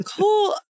Cool